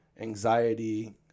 anxiety